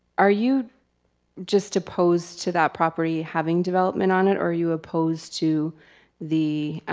are you just opposed to that property having development on it or are you opposed to the